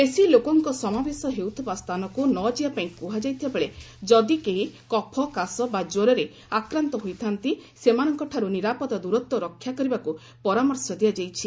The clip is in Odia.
ବେଶି ଲୋକଙ୍କ ସମାବେଶ ହେଉଥିବା ସ୍ଥାନକୁ ନ ଯିବାପାଇଁ କୁହାଯାଇଥିବାବେଳେ ଯଦି କେହି କଫ କାଶ ବା ଜ୍ୱରରେ ଆକ୍ରାନ୍ତ ହୋଇଥା'ନ୍ତି ସେମାନଙ୍କଠାରୁ ନିରାପଦ ଦୂରତ୍ୱ ରକ୍ଷା କରିବାକୁ ପରାମର୍ଶ ଦିଆଯାଇଛି